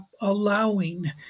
allowing